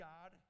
God